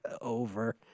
Over